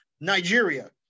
nigeria